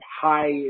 high